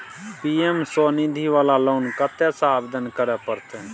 PM Svanidhi वाला loan कत्ते से आवेदन करे परतै?